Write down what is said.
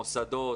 מוסדות,